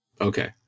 okay